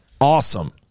awesome